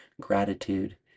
gratitude